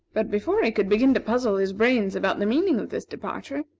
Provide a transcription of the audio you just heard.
but before he could begin to puzzle his brains about the meaning of this departure,